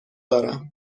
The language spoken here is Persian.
دارم